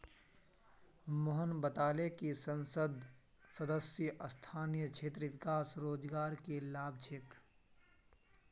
मोहन बताले कि संसद सदस्य स्थानीय क्षेत्र विकास योजनार की लाभ छेक